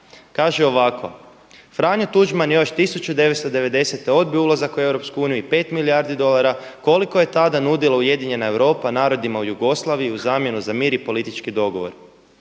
Kaže ovako: „Franjo Tuđman je još 1990. odbio ulazak u Europsku uniju i 5 milijardi dolara koliko je tada nudila ujedinjena Europa narodima u Jugoslaviji u zamjenu za mir i politički dogovor.“